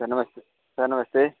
sir नमस्ते